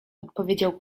odpowiedział